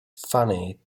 funny